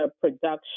production